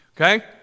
okay